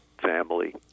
family